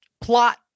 plot